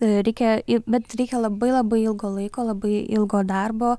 reikia bet reikia labai labai ilgo laiko labai ilgo darbo